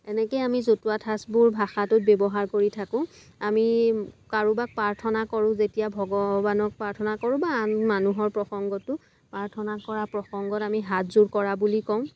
এনেকে আমি জতুৱা ঠাঁচবোৰ ভাষাটোত ব্যৱহাৰ কৰি থাকোঁ আমি কাৰোবাক প্ৰাৰ্থনা কৰোঁ যেতিয়া ভগৱানক প্ৰাৰ্থনা কৰোঁ বা আন মানুহৰ প্ৰসংগটো প্ৰাৰ্থনা কৰা প্ৰসংগত আমি হাতযোৰ কৰা বুলি কওঁ